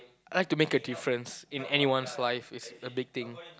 I like to make a difference in anyone's lives it's a big thing